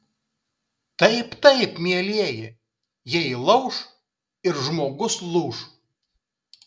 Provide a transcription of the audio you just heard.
taip taip mielieji jei lauš ir žmogus lūš